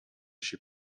się